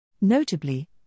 Notably